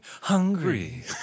hungry